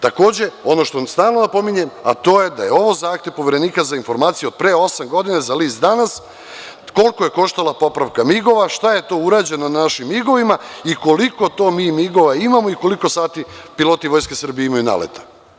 Takođe, ono što stalno napominjem, a to je da je ovo zahtev Poverenika za informacije od pre osam godina za list „Danas“ - koliko je koštala popravka migova, šta je to urađeno na našim migovima i koliko to mi migova imamo i koliko sati piloti Vojske Srbije imaju naleta.